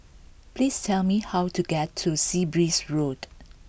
please tell me how to get to Sea Breeze Road